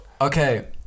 okay